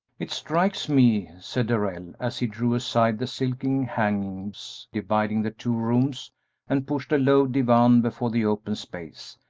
it strikes me, said darrell, as he drew aside the silken hangings dividing the two rooms and pushed a low divan before the open space,